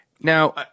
Now